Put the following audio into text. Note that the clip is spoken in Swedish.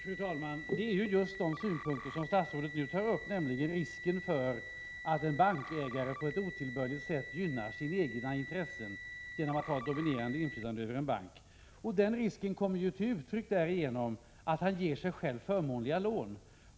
Fru talman! Det gäller just dessa synpunkter som statsrådet nu tar upp, nämligen om risken för att en bankägare på ett otillbörligt sätt gynnar sina egna intressen genom sitt dominerande inflytande över en bank. Den risken kommer till uttryck därigenom att han ger sig själv förmånliga lån.